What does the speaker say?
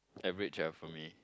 average ah for me